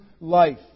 life